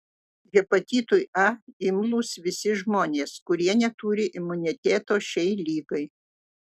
hepatitui a imlūs visi žmonės kurie neturi imuniteto šiai ligai